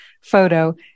photo